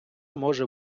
може